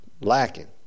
Lacking